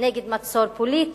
נגד מצור פוליטי,